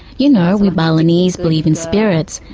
you know we balinese believe in spirits,